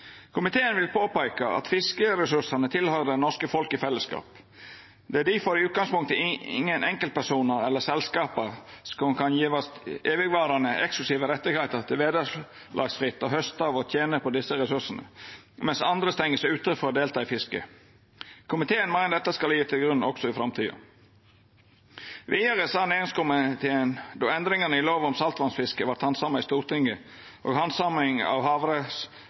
Komiteen viste då til fellesmerknader frå næringskomiteen i Innst. O. nr. 38 for 1998–1999, som sa følgjande: «Komiteen vil påpeke at fiskeressursene tilhører det norske folk, i fellesskap. Det er derfor i utgangspunktet ingen enkeltpersoner eller enkeltselskaper som kan gis evigvarende ekslusive rettigheter til vederlagsfritt å høste av disse ressursene, mens andre stenges ute fra å delta i fisket.» Komiteen meinte at dette skulle liggja til grunn også i framtida. Næringskomiteen kommenterte dette vidare då endringane i saltvassfiskelova vart handsama i Stortinget